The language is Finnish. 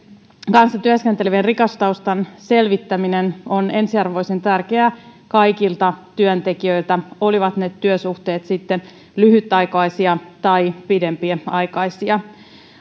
kanssa työskentelevien rikostaustan selvittäminen on ensiarvoisen tärkeää kaikilta työntekijöiltä olivat ne työsuhteet sitten lyhytaikaisia tai pidempiaikaisia